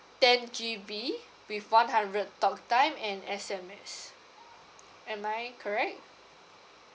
ten G_B with one hundred talk time and S_M_S am I correct